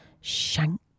shank